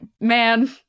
man